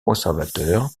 conservateur